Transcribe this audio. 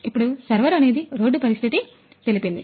ఇప్పుడు సర్వర్ అనేది రోడ్డు పరిస్థితి తెలిపింది